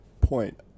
point